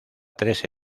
tres